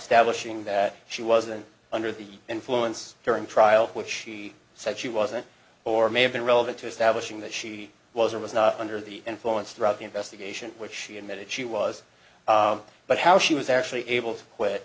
stablish ing that she wasn't under the influence during trial which she said she wasn't or may have been relevant to establishing that she was or was not under the influence throughout the investigation which she admitted she was but how she was actually able to quit